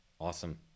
Awesome